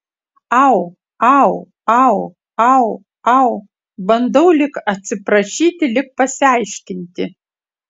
au au au au au bandau lyg atsiprašyti lyg pasiaiškinti